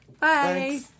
Bye